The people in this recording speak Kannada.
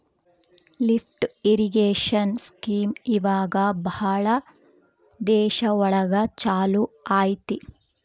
ಲಿಫ್ಟ್ ಇರಿಗೇಷನ್ ಸ್ಕೀಂ ಇವಾಗ ಭಾಳ ದೇಶ ಒಳಗ ಚಾಲೂ ಅಯ್ತಿ